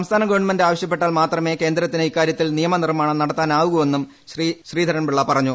സംസ്ഥാന ഗവൺമെന്റ് ആവശ്യ പ്പെട്ടാൽ മാത്രമെ കേന്ദ്രത്തിന് ഇക്കാരൃത്തിൽ നിയമനിർമാണം നടത്താനാകൂവെന്നും ശ്രീ ശ്രീധരൻപിള്ള പറഞ്ഞു